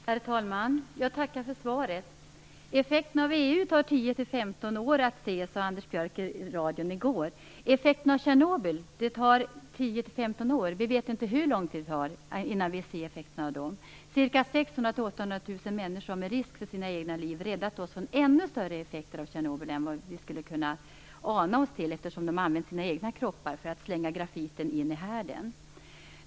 Herr talman! Jag tackar för svaret. Effekten av EU tar 10-15 år att se, sade Anders Björck i går i radion. Effekten av Tjernobyl tar mer än 10-15 år att se; vi vet inte hur lång tid det tar innan vi ser effekten av det. 600 000-800 000 människor har med risk för sina egna liv räddat oss från ännu större effekter av Tjernobyl än vad vi kan ana genom att använda sina egna kroppar till att slänga in grafit i härden.